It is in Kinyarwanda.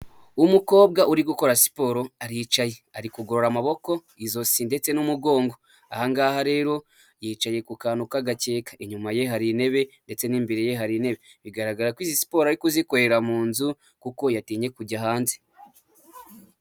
Umukobwa uri gukora siporo aricaye, ari kugorora amaboko, izosi ndetse n'umugongo, aha ngaha rero yicaye ku kantu k'agakeka, inyuma ye hari intebe ndetse n'imbere ye hari intebe, bigaragara ko izi siporo ari kuzikorera mu nzu kuko yatinye kujya hanze.